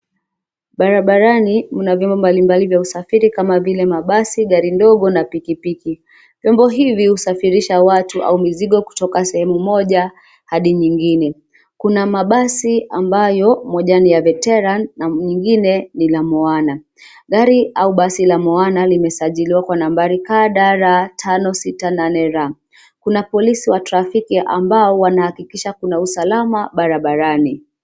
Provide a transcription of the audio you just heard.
Barabarani mna vyombo mbalimbali vya usafiri kama vile mabasi, gari ndogo na pikipiki, vyombo hivi husafirisha watu au mizigo kutoka sehemu moja, hadi nyingine, kuna mabasi ambayo moja ni ya Veteran na nyingine ni la Moana, gari au basi la Moana limesajiliwa kwa nambari KDR 568R, kuna polisi wa trafiki ambao wanahakikisha kuna usalama barabarani.